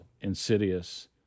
insidious